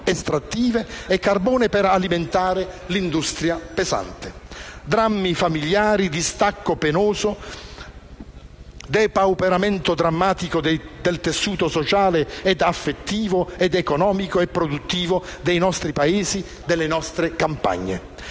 estrattive e carbone per alimentare l'industria pesante, drammi famigliari, distacco penoso, depauperamento drammatico del tessuto sociale, affettivo, economico e produttivo dei nostri Paesi e delle nostre campagne.